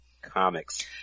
comics